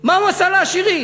מה הוא עשה לעשירים?